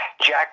Jack